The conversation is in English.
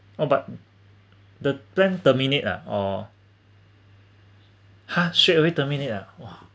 oh but the plan terminate ah or ha straight away terminate ah !wah!